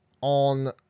on